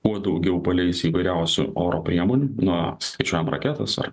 kuo daugiau paleis įvairiausių oro priemonių na skaičiuojam raketas ar